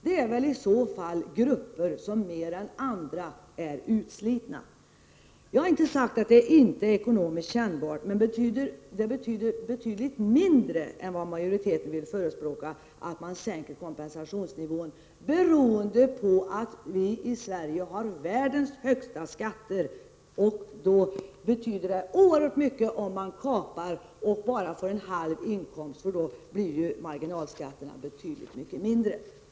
Dessa är väl människor som mer än andra är utslitna. Jag har inte sagt att det inte är ekonomiskt kännbart att ta delpension, men en sänkning av kompensationsnivån betyder betydligt mindre än vad majoriteten påstår, beroende på att vi i Sverige har världens högsta skatter! Då betyder det oerhört mycket att man bara får en halv inkomst, för då blir marginalskatterna betydligt mycket mindre.